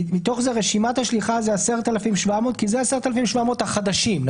מתוך זה רשימת השליחה זה 10,700 כי זה 10,700 החדשים,